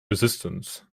resistance